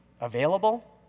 available